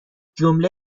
جمله